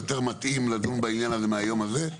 יותר מתאים לדון בעניין הזה מהיום הזה?